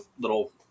little